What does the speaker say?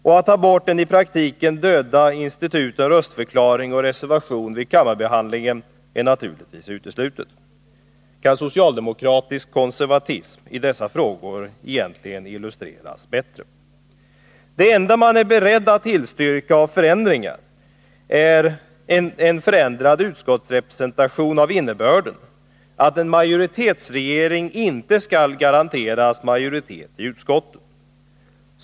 Och att ta bort de i praktiken döda instituten röstförklaring och reservation vid kammarbehandlingen är naturligtvis uteslutet. Kan den socialdemokratiska konservatismen i dessa frågor egentligen illustreras bättre? Det enda man är beredd att tillstyrka är förändringar av utskottsrepresentationen, av innebörden att en majoritetsregering inte skall garanteras majoritet i utskotten.